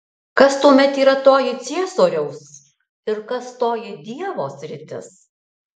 kas tuomet yra toji ciesoriaus ir kas toji dievo sritis